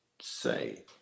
say